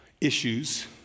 issues